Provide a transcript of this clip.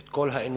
את כל האנושי,